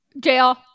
Jail